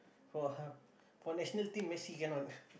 for ha~ for national team Messi cannot